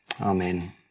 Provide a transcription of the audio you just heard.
Amen